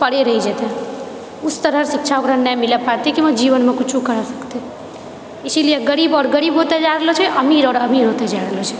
परे रहि जेतए उस तरह शिक्षा ओकरा नहि मिल पाते कि ओ जीवनमे किछु करि सकते इसीलिए गरीब आओर गरीब हौते जा रहलोछै अमीर आओर अमीर होते जा रहलो छै